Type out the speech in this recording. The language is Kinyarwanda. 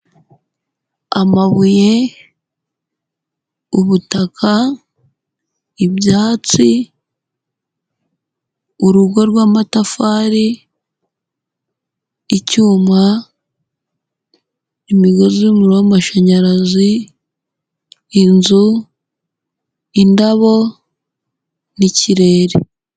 Amabuye, ubutaka, ibyatsi, urugo rw'amatafari, icyuma, imigozi y'umuriro w'amashanyarazi, inzu, indabo n'ikirere.